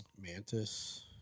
Mantis